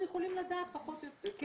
אנחנו יכולים לדעת פחות או יותר.